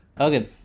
Okay